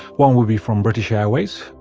one would be from british airways.